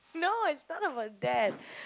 no it's not about that